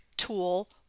tool